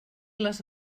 les